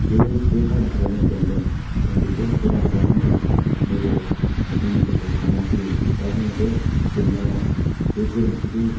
बेनि बे खारननि थाखाय जों जेन्दों जों बेखौ मोजां खालामनांगौ नैबे जोंनि गोसोआव सान्नाय फैयो दा जोङो बे जेन्नायाव बे गोरोन्थिखौ